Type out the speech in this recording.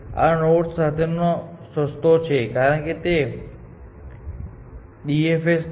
આ નોડ તે નોડ સાથે સસ્તો છે કારણ કે તે ડીએફએસ છે